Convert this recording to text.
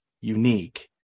unique